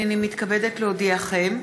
הינני מתכבדת להודיעכם,